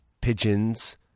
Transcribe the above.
Pigeons